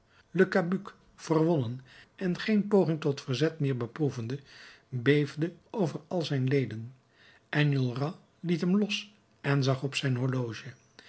le cabuc verwonnen en geen poging tot verzet meer beproevende beefde over al zijn leden enjolras liet hem los en zag op zijn horloge